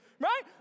right